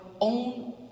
own